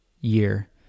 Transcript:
year